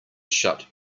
shut